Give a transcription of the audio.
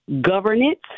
governance